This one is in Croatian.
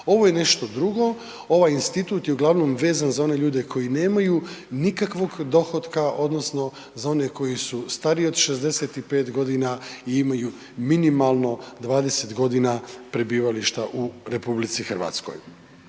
Ovo je nešto drugo, ovaj institut je uglavnom vezan za one ljude koji nemaju nikakvog dohotka, odnosno za one koji su stariji od 65 godina i imaju minimalno 20 godina prebivališta u RH. Ja sam